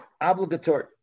obligatory